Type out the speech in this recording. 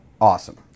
Awesome